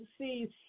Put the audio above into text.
see